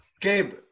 Gabe